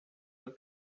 del